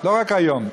לא רק היום.